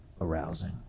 arousing